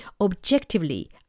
objectively